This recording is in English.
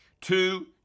Two